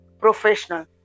professional